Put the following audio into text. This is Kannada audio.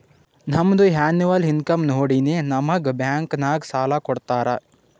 ನಮ್ದು ಎನ್ನವಲ್ ಇನ್ಕಮ್ ನೋಡಿನೇ ನಮುಗ್ ಬ್ಯಾಂಕ್ ನಾಗ್ ಸಾಲ ಕೊಡ್ತಾರ